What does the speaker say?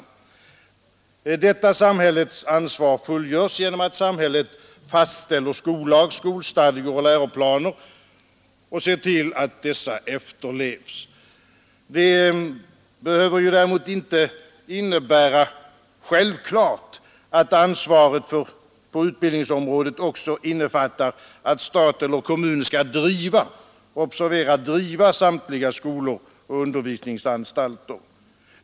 Detta samhällets ansvar fullgörs genom att samhället fastställer skollag, skolstadga och läroplaner och ser till att dessa efterlevs. Det behöver däremot inte innebära självklart att ansvaret för utbildningsområdet också innefattar att stat och kommun skall driva samtliga skolor och undervisningsanstalter.